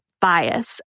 bias